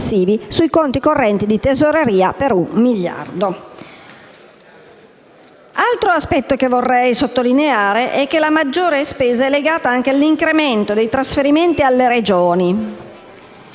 Altro aspetto che vorrei sottolineare è che la maggiore spesa è legata anche all'incremento dei trasferimenti alle Regioni,